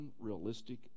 unrealistic